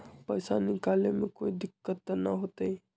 पैसा निकाले में कोई दिक्कत त न होतई?